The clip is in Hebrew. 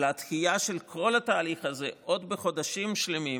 לדחייה של כל התהליך הזה בחודשים שלמים